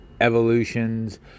Evolutions